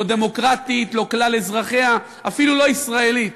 לא דמוקרטית, לא כלל אזרחיה, אפילו לא ישראלית,